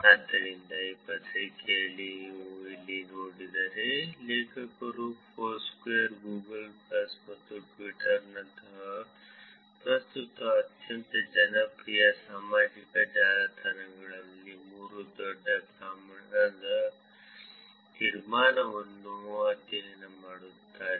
ಆದ್ದರಿಂದ ಈ ಪತ್ರಿಕೆಯಲ್ಲಿ ನೀವು ಇಲ್ಲಿ ನೋಡಿದರೆ ಲೇಖಕರು ಫೋರ್ಸ್ಕ್ವೇರ್ ಗೂಗಲ್ ಪ್ಲಸ್ ಮತ್ತು ಟ್ವಿಟರ್ನಂತಹ ಪ್ರಸ್ತುತ ಅತ್ಯಂತ ಜನಪ್ರಿಯ ಸಾಮಾಜಿಕ ಜಾಲತಾಣಗಳಲ್ಲಿ ಮೂರು ದೊಡ್ಡ ಪ್ರಮಾಣದ ತೀರ್ಮಾನವನ್ನು ಅಧ್ಯಯನ ಮಾಡುತ್ತಾರೆ